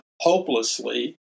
hopelessly